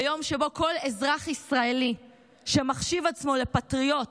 ביום שבו כל אזרח ישראלי שמחשיב עצמו לפטריוט,